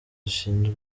zishinzwe